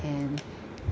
and